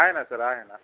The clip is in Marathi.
आहे ना सर आहे ना